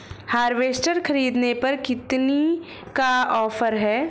Harvester ख़रीदने पर कितनी का ऑफर है?